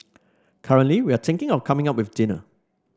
currently we are thinking of coming up with dinner